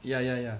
ya ya ya